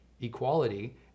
equality